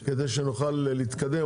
כדי שנוכל להתקדם.